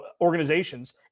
organizations